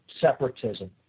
separatism